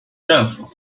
政府